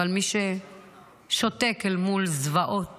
אבל מי ששותק אל מול זוועות,